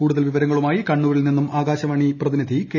കൂടുതൽ വിവരങ്ങളുമായി കണ്ണൂരിൽ നിന്നും ആകാശവാണി പ്രതിനിധി കെ